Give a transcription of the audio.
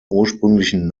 ursprünglichen